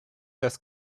des